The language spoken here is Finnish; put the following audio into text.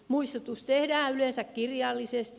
muistutus tehdään yleensä kirjallisesti